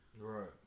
right